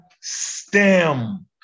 STEM